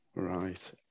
Right